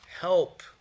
Help